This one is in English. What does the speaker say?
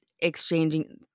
exchanging